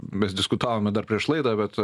mes diskutavome dar prieš laidą bet